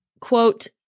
Quote